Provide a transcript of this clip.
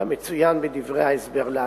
כמצוין בדברי ההסבר להצעה.